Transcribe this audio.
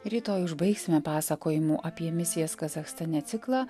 rytoj užbaigsime pasakojimų apie misijas kazachstane ciklą